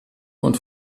und